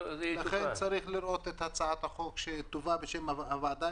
לכן צריך לראות את הצעת החוק שתובא בשם הוועדה,